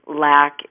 lack